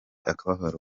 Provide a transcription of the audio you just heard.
akababaro